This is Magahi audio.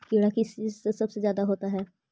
कीड़ा किस चीज से सबसे ज्यादा होता है?